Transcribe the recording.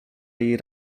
jej